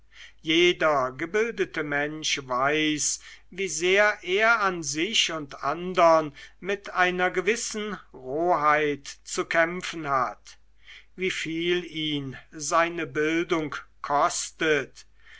jeder gebildete mensch weiß wie sehr er an sich und andern mit einer gewissen roheit zu kämpfen hat wieviel ihn seine bildung kostet